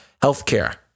Healthcare